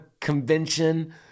convention